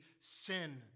sin